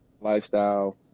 lifestyle